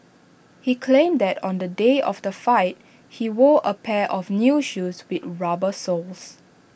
he claimed that on the day of the fight he wore A pair of new shoes with rubber soles